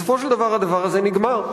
בסופו של דבר הדבר הזה נגמר,